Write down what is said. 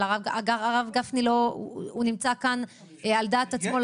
אגב, הרב גפני נמצא פה על דעת עצמו.